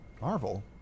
Marvel